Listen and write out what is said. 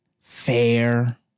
fair